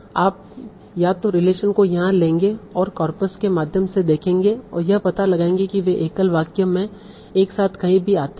आप या तो रिलेशन को यहां लेंगे और कॉर्पस के माध्यम से देखेंगे और यह पता लगाएंगे कि वे एकल वाक्य में एक साथ कहीं भी आते हैं